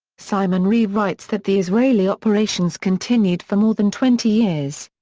simon reeve writes that the israeli operations continued for more than twenty years.